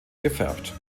gefärbt